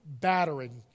battering